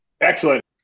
Excellent